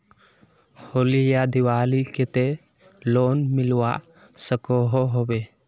होली या दिवालीर केते लोन मिलवा सकोहो होबे?